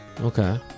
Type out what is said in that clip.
Okay